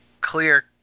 clear